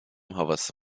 havası